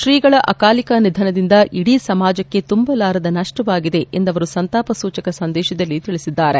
ತ್ರೀಗಳ ಅಕಾಲಿಕ ನಿಧನದಿಂದ ಇಡೀ ಸಮಾಜಕ್ಕೆ ತುಂಬಲಾರದ ನಷ್ಷವಾಗಿದೆ ಎಂದು ಅವರ ಸಂತಾಪ ಸೂಚಕ ಸಂದೇಶದಲ್ಲಿ ತಿಳಿಸಿದ್ದಾರೆ